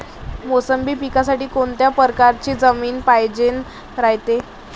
मोसंबी पिकासाठी कोनत्या परकारची जमीन पायजेन रायते?